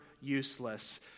useless